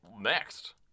next